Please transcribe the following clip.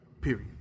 period